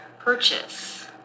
Purchase